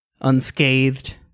unscathed